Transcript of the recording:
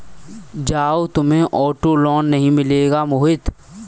जाओ, तुम्हें auto loan नहीं मिलेगा मोहित